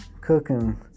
cooking